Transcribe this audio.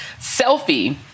selfie